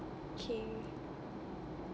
okay